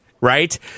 right